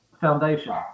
Foundation